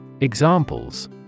Examples